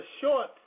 short